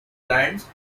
lands